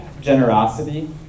generosity